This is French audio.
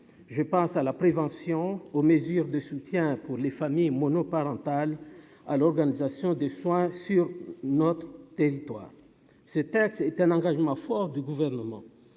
je pense à la prévention, aux mesures de soutien pour les familles monoparentales à l'organisation des soins sur notre territoire, ce texte est un engagement fort du gouvernement,